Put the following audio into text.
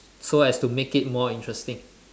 so as to make it more interesting